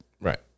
Right